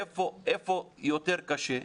איפה יותר קשה,